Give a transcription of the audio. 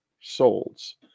souls